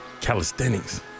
calisthenics